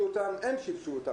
בחמ"ד,